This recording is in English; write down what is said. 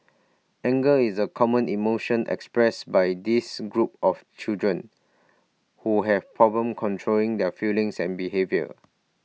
anger is A common emotion express by this group of children who have problem controlling their feelings and behaviour